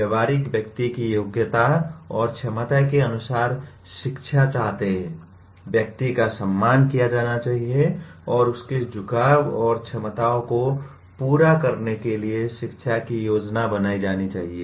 व्यावहारिक व्यक्ति की योग्यता और क्षमता के अनुसार शिक्षा चाहते हैं व्यक्ति का सम्मान किया जाना चाहिए और उसके झुकाव और क्षमताओं को पूरा करने के लिए शिक्षा की योजना बनाई जानी चाहिए